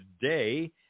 today